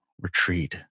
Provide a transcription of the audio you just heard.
retreat